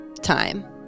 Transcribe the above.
time